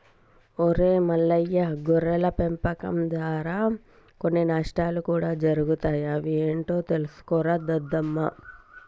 ఒరై మల్లయ్య గొర్రెల పెంపకం దారా కొన్ని నష్టాలు కూడా జరుగుతాయి అవి ఏంటో తెలుసుకోరా దద్దమ్మ